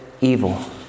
evil